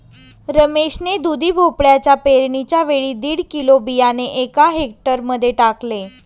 रमेश ने दुधी भोपळ्याच्या पेरणीच्या वेळी दीड किलो बियाणे एका हेक्टर मध्ये टाकले